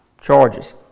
charges